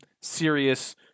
serious